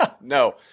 no